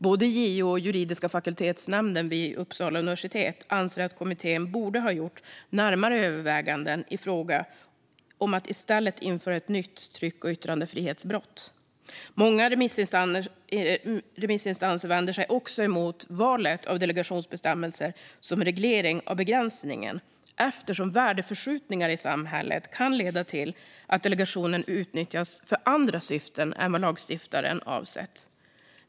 Både JO och juridiska fakultetsnämnden vid Uppsala universitet anser att kommittén borde ha gjort närmare överväganden i fråga om att i stället införa ett nytt tryck och yttrandefrihetsbrott. Många remissinstanser vänder sig också emot valet av delegationsbestämmelser som reglering av begränsningen, eftersom värdeförskjutningar i samhället kan leda till att delegationen utnyttjas för andra syften är vad lagstiftaren avsett.